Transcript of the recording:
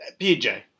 PJ